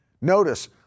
Notice